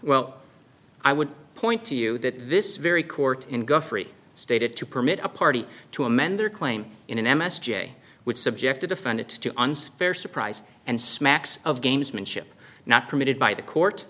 well i would point to you that this very court in guthrie stated to permit a party to amend their claim in an m s j which subject to defend it to their surprise and smacks of gamesmanship not permitted by the court